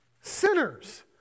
sinners